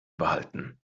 behalten